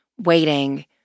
waiting